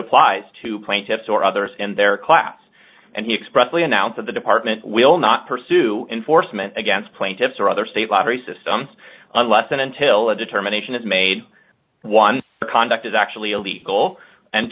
applies to plaintiffs or others in their class and he expressed we announce that the department will not pursue enforcement against plaintiffs or other state lottery systems unless and until a determination is made one conduct is actually illegal and